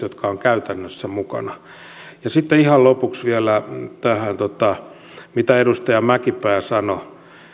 jotka ovat käytännössä mukana sitten ihan lopuksi vielä tähän mitä edustaja mäkipää sanoi